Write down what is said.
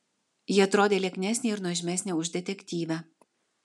ji atrodė lieknesnė ir nuožmesnė už detektyvę